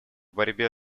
борьбе